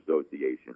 Association